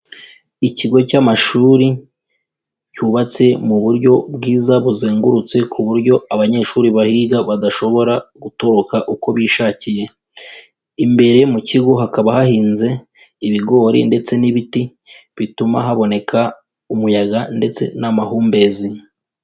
Ikigo cy'amashuri cyubatse mu buryo bwiza buzengurutse ku buryo abanyeshuri bahiga badashobora gutoroka uko bishakiye, imbere mu kigo hakaba hahinze ibigori ndetse n'ibiti bituma haboneka umuyaga ndetse n'amahumbezi.